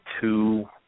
two